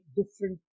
different